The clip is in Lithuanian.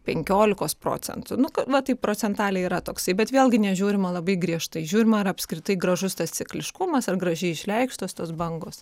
penkiolikos procentų nu va taip procentaliai yra toksai bet vėlgi nežiūrima labai griežtai žiūrima ar apskritai gražus tas cikliškumas ar gražiai išreikštos tos bangos